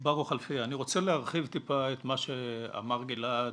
אני רוצה להרחיב את מה שאמר גלעד,